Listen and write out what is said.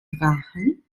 drachen